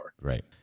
Right